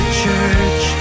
church